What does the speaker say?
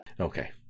Okay